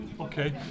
Okay